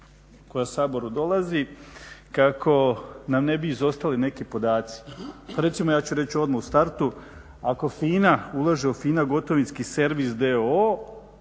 koja Saboru dolazi kako nam ne bi izostali neki podaci. Recimo ja ću reći odmah u startu. Ako FINA ulaže u FINA gotovinski servis